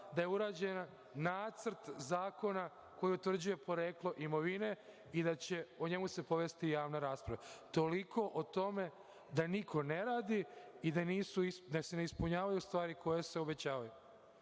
da je urađen nacrt zakona koji utvrđuje poreklo imovine i da će se o njemu povesti javna rasprava. Toliko o tome da niko ne radi i da se ne ispunjavaju stvari koje se obećavaju.